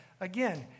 Again